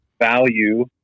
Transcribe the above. value